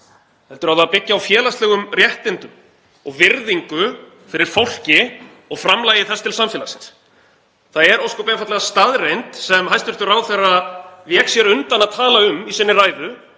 heldur á það að byggja á félagslegum réttindum og virðingu fyrir fólki og framlagi þess til samfélagsins. Það er ósköp einfaldlega staðreynd, sem hæstv. ráðherra vék sér undan að tala um í sinni ræðu,